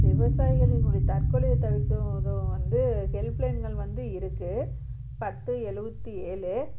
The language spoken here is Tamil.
விவசாயிகளினுடைய தற்கொலையை தவிர்க்க உதவும் வந்து ஹெல்ப் லைன்கள் வந்து இருக்குது பத்து எழுவத்தி ஏழு